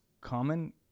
common